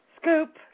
Scoop